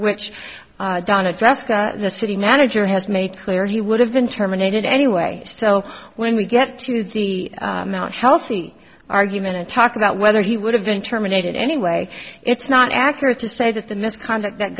addressed the city manager has made clear he would have been terminated anyway so when we get to the healthy argument and talk about whether he would have been terminated anyway it's not accurate to say that the misconduct that